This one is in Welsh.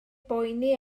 boeni